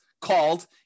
called